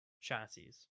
chassis